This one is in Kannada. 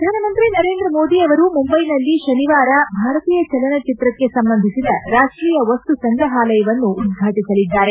ಪ್ರಧಾನಮಂತ್ರಿ ನರೇಂದ್ರ ಮೋದಿ ಅವರು ಮುಂಬೈನಲ್ಲಿ ಶನಿವಾರ ಭಾರತೀಯ ಚಲನಚಿತ್ರಕ್ಷ ಸಂಬಂಧಿಸಿದ ರಾಷ್ಷೀಯ ವಸ್ತು ಸಂಗ್ರಹಾಲಯವನ್ನು ಉದ್ವಾಟಿಸಲಿದ್ದಾರೆ